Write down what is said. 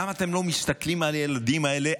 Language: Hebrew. למה אתם לא מסתכלים על הילדים האלה?